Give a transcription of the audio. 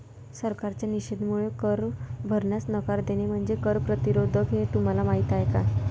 सरकारच्या निषेधामुळे कर भरण्यास नकार देणे म्हणजे कर प्रतिरोध आहे हे तुम्हाला माहीत आहे का